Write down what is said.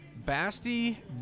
Basti